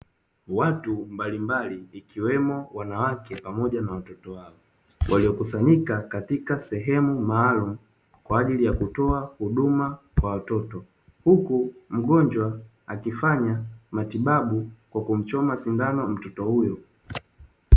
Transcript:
Watu mbalimbali ikiwemo wanawake pamoja na watoto wao waliokusanyika katika sehemu maalum kwa ajili ya kutoa huduma kwa watoto, huku mgonjwa akifanya matibabu kwa kumchoma sindano mtoto huyo.